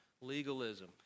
legalism